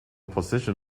position